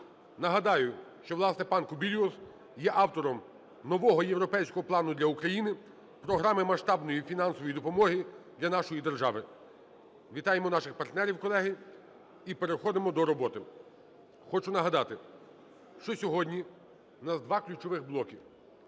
Нагадаю, що, власне, пан Кубілюс є автором нового європейського плану для України – програми масштабної фінансової допомоги для нашої держави. Вітаємо наших партнерів, колеги, і переходимо до роботи. Хочу нагадати, що сьогодні у нас два ключових блоки